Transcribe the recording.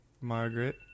Margaret